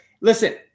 listen –